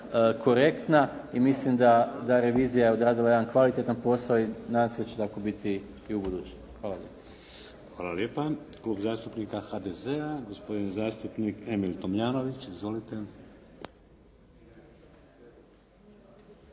korektna i mislim da revizija je odradila jedan kvalitetan posao i nadam se da će tako biti i ubuduće. Hvala lijepa. **Šeks, Vladimir (HDZ)** Hvala lijepa. Klub zastupnika HDZ-a, gospodin zastupnik Emil Tomljanović. Izvolite.